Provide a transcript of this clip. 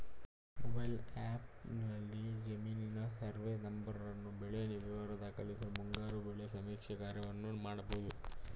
mobile ಆ್ಯಪ್ನಲ್ಲಿ ಜಮೀನಿನ survey ನಂಬರ್ವಾರು ಬೆಳೆ ವಿವರ ದಾಖಲಿಸಿ ಮುಂಗಾರು ಬೆಳೆ ಸಮೀಕ್ಷೆ ಕಾರ್ಯವನ್ನು ಮಾಡ್ಬೋದು